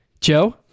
Joe